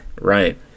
Right